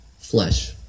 flesh